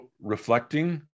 reflecting